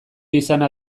izana